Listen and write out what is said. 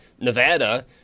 Nevada